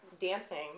dancing